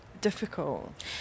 Difficult